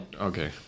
okay